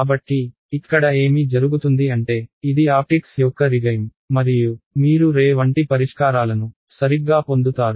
కాబట్టి ఇక్కడ ఏమి జరుగుతుంది అంటే ఇది ఆప్టిక్స్ యొక్క రిగైమ్ మరియు మీరు రే వంటి పరిష్కారాలను సరిగ్గా పొందుతారు